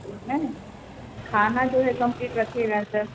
उसमें खाना जो है कंप्लीट रखिएगा सर